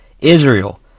Israel